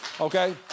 Okay